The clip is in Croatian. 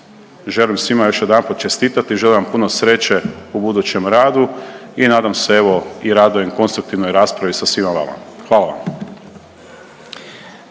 želim svima još jedanput čestitati, želim vam puno sreće u budućem radu i nadam se evo i radujem konstruktivnoj raspravi sa svima vama, hvala vam.